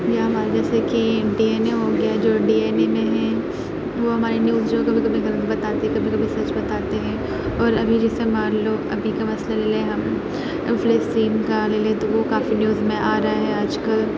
یا ہمارا جیسے کی ڈی این اے ہو گیا جو ڈی این اے میں ہیں وہ ہماری نیوز جو کبھی کبھی غلط بتاتے کبھی کبھی سچ بتاتے ہیں اور ابھی جیسے مان لو ابھی کا مسئلہ یہ ہے ہم ابھی فلسطین کا لے لیں تو وہ کافی نیوز میں آ رہا ہے آج کل